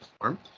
form